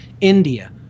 India